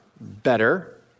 Better